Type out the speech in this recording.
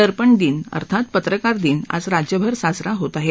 दर्पण दिन अर्थात पत्रकार दिन आज राज्यभर साजरा होत आहे